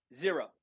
Zero